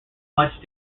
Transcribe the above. much